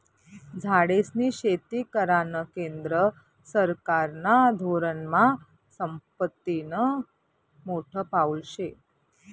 झाडेस्नी शेती करानं केंद्र सरकारना धोरनमा संपत्तीनं मोठं पाऊल शे